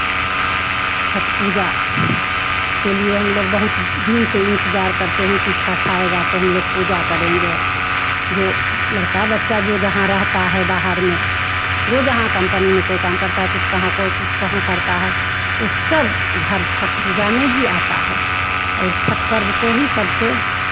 छठ पूजा के लिए हम लोग बहुत दिन से इंतज़ार करते हैं कि छठ आएगा तो हम लोग पूजा करेंगे जो लड़का बच्चा जो जहाँ रहता है बाहर में जो जहाँ कम्पनी में कोई काम करता है कुछ कहाँ को कुछ कहाँ करता है वो सब घर छठ पूजा में ही आता है और छठ पर्व को ही सबसे